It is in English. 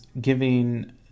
giving